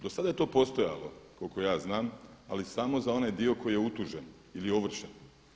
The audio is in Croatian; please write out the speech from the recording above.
Do sada je to postojalo, koliko ja znam ali samo za onaj dio koji je utužen ili ovršen.